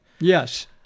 yes